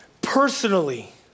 Personally